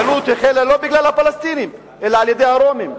הגלות החלה לא בגלל הפלסטינים, אלא על-ידי הרומים.